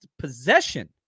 possession